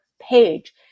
page